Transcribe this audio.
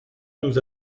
nous